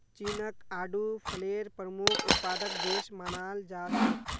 चीनक आडू फलेर प्रमुख उत्पादक देश मानाल जा छेक